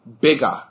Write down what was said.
bigger